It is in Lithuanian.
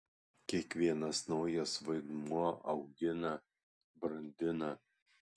kiekvienas naujas vaidmuo augina brandina